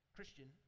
Christian